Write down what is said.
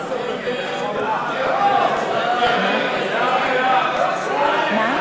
ההסתייגויות של קבוצת סיעת ש"ס לסעיף 23,